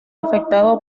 afectado